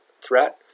threat